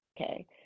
Okay